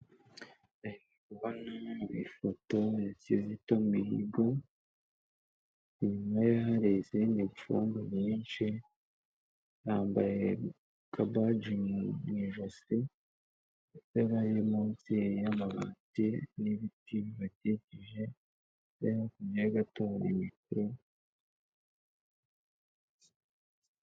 Ndi kubona ifoto ya kizito mihigo, inyuma ye hari izindi mfungwa nyinshi, yambaye akabaji mu ijosi ndetse bara munsi y'amabati n'ibiti bibakikije, hakurya ye gato hari mikoro.